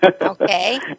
Okay